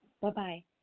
bye-bye